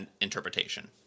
interpretation